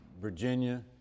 Virginia